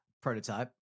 prototype